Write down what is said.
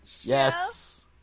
Yes